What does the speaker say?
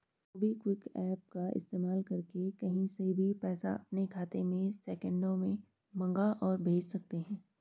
MobiKwik app का इस्तेमाल करके कहीं से भी पैसा अपने खाते में सेकंडों में मंगा और भेज सकते हैं